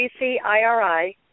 CCIRI